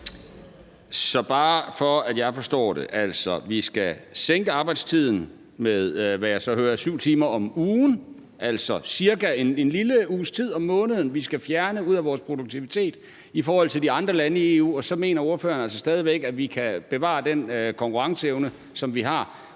Så bare for at jeg forstår det: Vi skal altså sænke arbejdstiden med, hvad jeg så hører er 7 timer om ugen, og det er altså cirka en lille uges tid om måneden, vi skal tage ud af vores produktivitet i forhold til de andre lande i EU. Og så mener ordføreren altså stadig væk, at vi kan bevare den konkurrenceevne, som vi har,